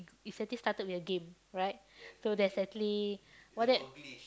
is actually started with a game right so that's actually what that